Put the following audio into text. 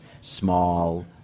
small